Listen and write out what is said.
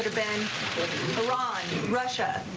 been been iran? russia?